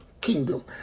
kingdom